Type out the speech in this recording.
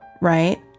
right